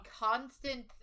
constant